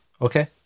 Okay